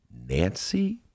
Nancy